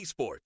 eSports